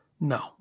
No